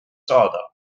saada